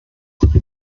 wir